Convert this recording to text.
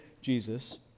Jesus